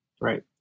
right